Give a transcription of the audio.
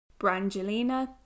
Brangelina